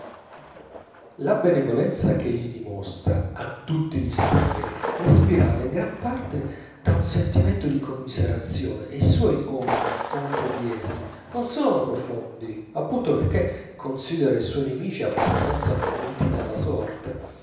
la benevolenza ch'egli dimostra a tutti gli stranieri è ispirata in gran parte da un sentimento di commiserazione e i suoi odii contro di essi non sono profondi appunto perchè considera i suoi nemici abbastanza puniti dalla sorte